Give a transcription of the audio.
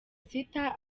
sita